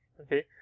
okay